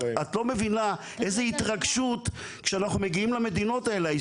את לא מבינה איזה התרגשות כשאנחנו מגיעים למדינות האלה,